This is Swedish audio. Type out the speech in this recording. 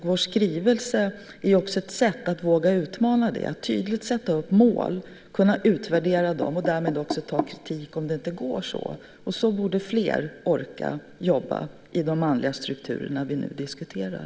Vår skrivelse är också ett sätt att våga utmana, att tydligt sätta upp mål och kunna utvärdera dem och därmed också ta kritik om de inte uppfylls. Så borde fler orka jobba i de manliga strukturer vi nu diskuterar.